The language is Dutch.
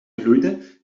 gloeide